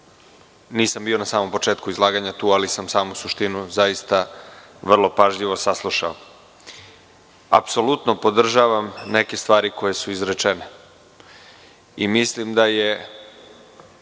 Nisam bio na samom početku izlaganja tu, ali sam samo suštinu vrlo pažljivo saslušao. Apsolutno podržavam neke stvari koje su izrečene i mislim da je